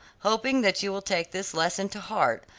hoping that you will take this lesson to heart,